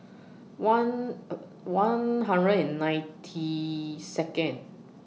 one one hundred and ninety Second